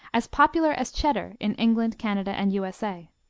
as popular as cheddar in england, canada and u s a.